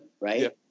right